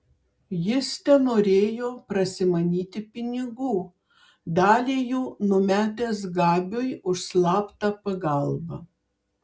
jis tenorėjo prasimanyti pinigų dalį jų numetęs gabiui už slaptą pagalbą